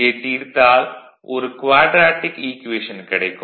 இதைத் தீர்த்தால் ஒரு க்வாட்ரேடிக் ஈக்குவேஷன் கிடைக்கும்